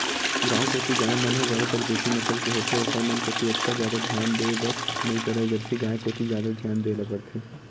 गांव कोती गाय मन ह जादातर देसी नसल के होथे ओखर मन कोती ओतका जादा धियान देय बर नइ परय जरसी गाय कोती जादा धियान देय ल परथे